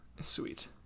Sweet